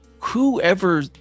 whoever